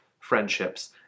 friendships